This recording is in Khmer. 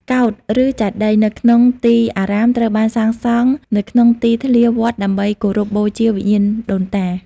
កោដ្ឋ ឬ ចេតិយ នៅក្នុងទីអារាមត្រូវបានសាងសង់នៅក្នុងទីធ្លាវត្តដើម្បីគោរពបូជាវិញ្ញាណដូនតា។